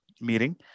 meeting